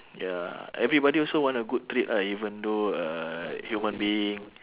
ya everybody also want a good treat right even though uh human being